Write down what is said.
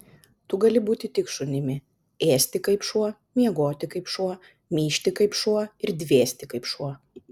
tu gali būti tik šunimi ėsti kaip šuo miegoti kaip šuo myžti kaip šuo ir dvėsti kaip šuo